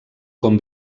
com